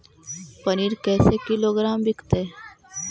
पनिर कैसे किलोग्राम विकतै?